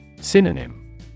Synonym